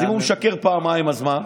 אז אם הוא משקר פעמיים, אז מה?